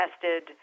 tested